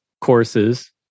courses